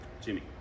Jimmy